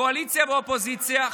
קואליציה ואופוזיציה היושב-ראש,